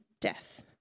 death